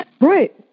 Right